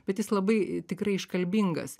bet jis labai tikrai iškalbingas